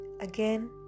again